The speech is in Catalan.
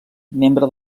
membre